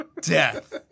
death